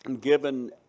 given